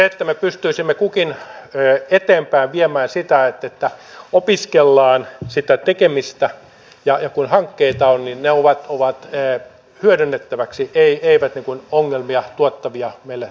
meidän tulisi pystyä kunkin eteenpäin viemään sitä että opiskellaan sitä tekemistä ja kun hankkeita on niin ne ovat hyödynnettäväksi eivät ongelmia tuottavia meille organisaatioissa